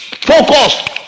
focus